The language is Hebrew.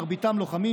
מרביתם לוחמים,